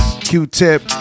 Q-Tip